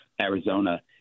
arizona